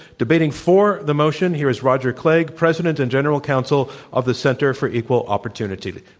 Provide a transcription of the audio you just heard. debating for the motion here is roger clegg president and general counsel of the center for equal opportunity.